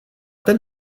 ten